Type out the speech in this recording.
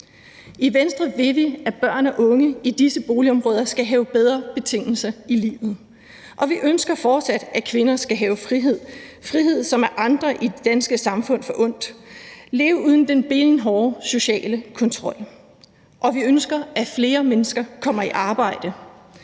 I Venstre vil vi, at børn og unge i disse boligområder skal have bedre betingelser i livet, og vi ønsker fortsat, at kvinder skal have frihed – frihed, som er andre i det danske samfund forundt – og leve uden den benhårde sociale kontrol, og vi ønsker, at flere mennesker kommer i arbejde.